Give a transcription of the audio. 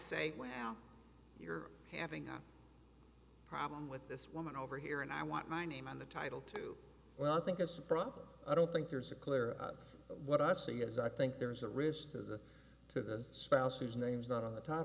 now you're having a problem with this woman over here and i want my name on the title to well i think it's a problem i don't think there's a clear what i see is i think there's a risk to the to the spouse whose name is not on the t